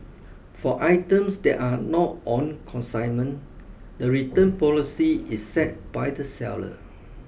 for items that are not on consignment the return policy is set by the seller